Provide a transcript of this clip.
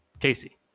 Casey